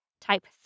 Type